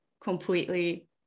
completely